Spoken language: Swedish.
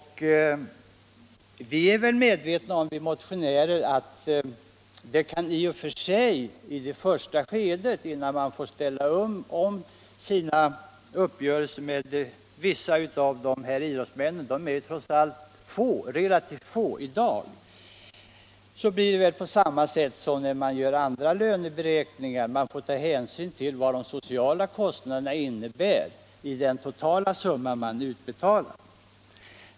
Vi motionärer är medvetna om att man i och för sig i det första skedet, innan man hunnit revidera sina uppgörelser med en del av idrottsmännen — de är trots allt relativt få i dag — såsom vid andra löneberäkningar kommer att få ta hänsyn till vad de sociala kostnaderna innebär i den totala summan man utbetalar.